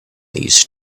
these